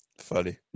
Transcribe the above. Funny